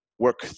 Work